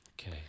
Okay